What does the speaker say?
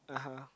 (uh huh)